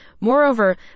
Moreover